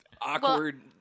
awkward